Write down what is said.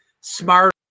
smart